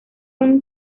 una